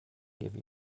give